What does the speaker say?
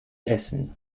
essen